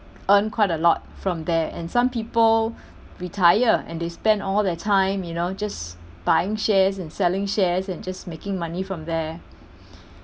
earn quite a lot from there and some people retire and they spend all their time you know just buying shares and selling shares and just making money from there